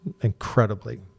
incredibly